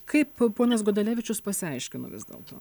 kaip ponas gudalevičius pasiaiškino vis dėlto